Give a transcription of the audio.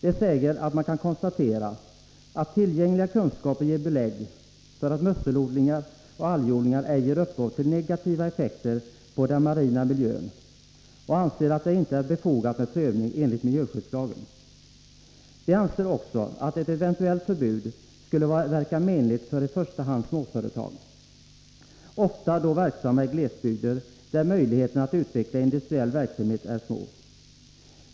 Länsförbundet säger att tillgängliga kunskaper ger belägg för att musselodlingar och algodlingar ej ger upphov till negativa effekter på den marina miljön och anser att det inte är befogat med prövning enligt miljöskyddslagen. De anser också att ett eventuellt förbud skulle verka menligt för i första hand småföretag, ofta verksamma i glesbygder, där möjligheterna att utveckla industriell verksamhet är små.